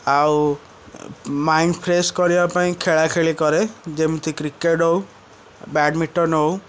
ଆଉ mind fresh କରିବା ପାଇଁ ଖେଳାଖେଳି କରେ ଯେମିତି କ୍ରିକେଟ୍ ହଉ ବ୍ୟାଡ଼ମିଟନ ହଉ